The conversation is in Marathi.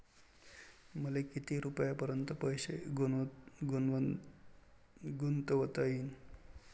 मले किती रुपयापर्यंत पैसा गुंतवता येईन?